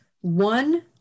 one